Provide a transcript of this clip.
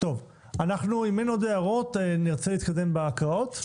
אם אין עוד הערות נרצה להתקדם בהקראות.